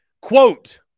Quote